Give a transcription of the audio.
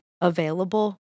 available